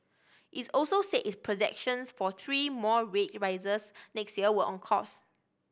it also said its projections for three more rate rises next year were on course